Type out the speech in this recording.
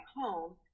home